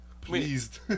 pleased